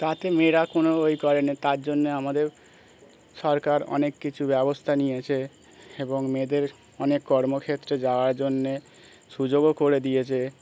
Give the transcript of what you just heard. তাতে মেয়েরা কোনো ওই করেনা তার জন্যে আমাদের সরকার অনেক কিছু ব্যবস্থা নিয়েছে এবং মেয়েদের অনেক কর্মক্ষেত্রে যাওয়ার জন্যে সুযোগও করে দিয়েছে